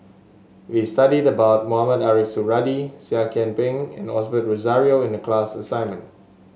we studied about Mohamed Ariff Suradi Seah Kian Peng and Osbert Rozario in the class assignment